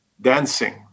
dancing